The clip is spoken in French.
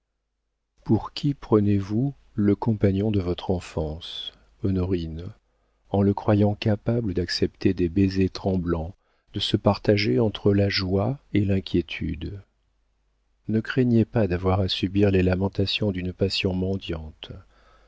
pour qui prenez-vous le compagnon de votre enfance honorine en le croyant capable d'accepter des baisers tremblants de se partager entre la joie et l'inquiétude ne craignez pas d'avoir à subir les lamentations d'une passion mendiante